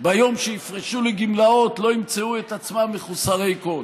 ביום שיפרשו לגמלאות לא ימצאו את עצמם מחוסרי כול.